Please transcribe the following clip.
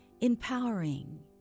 empowering